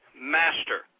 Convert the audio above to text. master